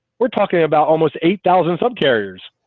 we're talking about almost eight thousand subcarriers,